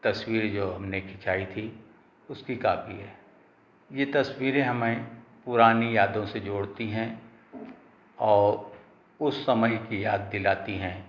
तस्वीर जो हमने खिंचाई थी उसकी कॉपी है ये तस्वीरें हमें पुरानी यादों से जोड़ती हैं और उस समय की याद दिलाती हैं